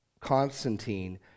Constantine